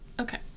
Okay